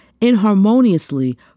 inharmoniously